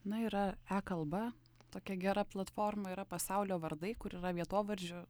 na yra kalba tokia gera platforma yra pasaulio vardai kur yra vietovardžių